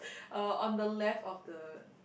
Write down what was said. uh on the left of the